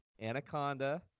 Anaconda